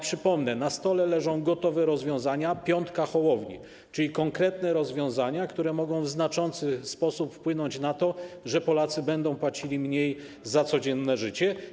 Przypomnę, że na stole leżą gotowe rozwiązania, piątka Hołowni, czyli konkretne rozwiązania, które mogą w znaczący sposób wpłynąć na to, że Polacy będą płacili mniej za codzienne życie.